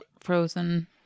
frozen